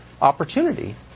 opportunity